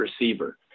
receiver